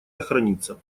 сохранится